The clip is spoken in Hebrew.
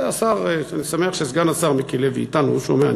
אני שמח שסגן השר מיקי לוי אתנו, הוא שומע.